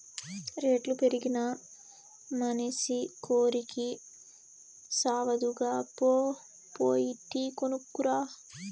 రేట్లు పెరిగినా మనసి కోరికి సావదుగా, పో పోయి టీ కొనుక్కు రా